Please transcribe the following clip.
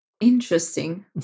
Interesting